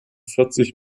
vierzig